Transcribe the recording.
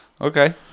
Okay